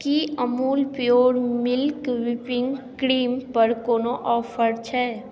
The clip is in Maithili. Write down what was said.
की अमूल पिओर मिल्क व्हिपिङ्ग क्रीमपर कोनो ऑफर छै